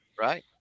right